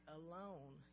alone